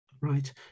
right